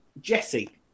Jesse